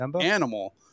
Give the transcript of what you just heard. animal